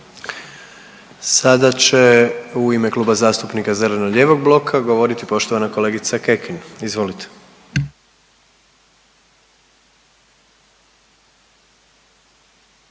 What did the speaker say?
(HDZ)** U ime Kluba zastupnika zeleno-lijevog bloka govorit će poštovana zastupnica Ivana Kekin, izvolite.